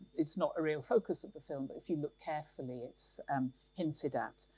it's not a real focus of the film, but if you look carefully, it's um hinted at.